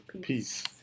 Peace